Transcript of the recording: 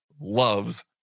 loves